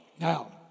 Now